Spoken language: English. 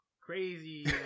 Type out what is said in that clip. crazy